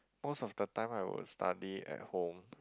most of the time I would study at home